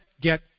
get